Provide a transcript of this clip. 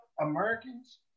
Americans